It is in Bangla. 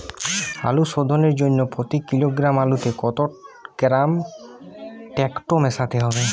আলু শোধনের জন্য প্রতি কিলোগ্রাম আলুতে কত গ্রাম টেকটো মেশাতে হবে?